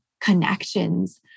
connections